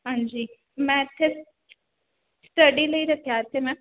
ਹਾਂਜੀ ਮੈਂ ਇੱਥੇ ਸਟਡੀ ਲਈ ਰੱਖਿਆ ਇੱਥੇ ਮੈਂ